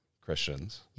Christians